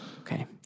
Okay